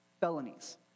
Felonies